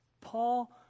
Paul